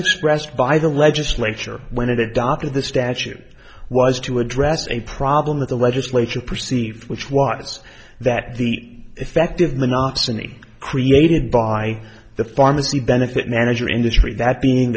expressed by the legislature when it adopted the statute was to address a problem with the legislation perceived which was that the effective monopsony created by the pharmacy benefit manager industry that being